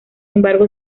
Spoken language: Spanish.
embargo